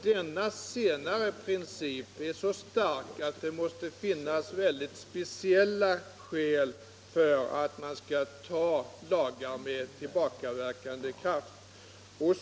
Denna princip är så starkt motiverad, att det måste finnas alldeles speciella skäl för att man skall besluta om lagar med tillbakaverkande kraft.